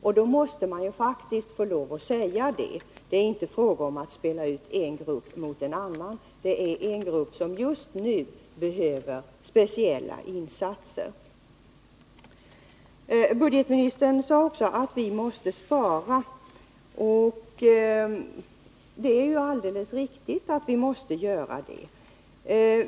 Därför måste man faktiskt få lov att säga att det inte är fråga om att spela ut en grupp mot någon annan, utan att den aktuella gruppen är en grupp som just nu behöver speciella insatser. Budgetministern sade också att vi måste spara. Det är alldeles riktigt att vi måste göra det.